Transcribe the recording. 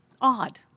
odd